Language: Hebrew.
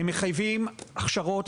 הם מחייבים הכשרות,